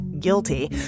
guilty